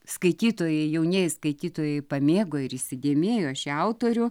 skaitytojai jaunieji skaitytojai pamėgo ir įsidėmėjo šį autorių